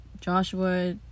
Joshua